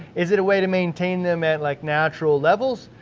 is it a way to maintain them at like natural levels?